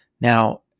Now